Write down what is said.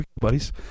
buddies